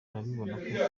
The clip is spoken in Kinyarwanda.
adakomeye